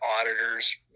auditors